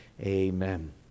Amen